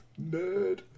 Nerd